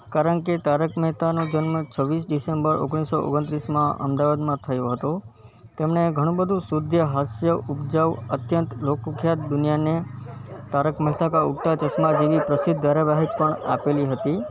કારણ કે તારક મહેતાનો જન્મ છવ્વીસ ડીસૅમ્બર ઓગણીસ સો ઓગણત્રીસમાં અમદાવાદમાં થયો હતો તેમણે ઘણું બધું શુદ્ધ હાસ્ય ઉપજાઉ અત્યંત લોકખ્યાત દુનિયાને તારક મહેતા કા ઉલ્ટા ચશ્મા જેવી પ્રસિદ્ધ ધારાવાહિક પણ આપેલી હતી